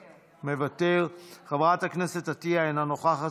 מוותר, חברת הכנסת עטייה, אינה נוכחת.